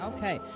Okay